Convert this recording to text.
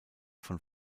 von